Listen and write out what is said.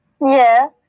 Yes